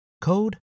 code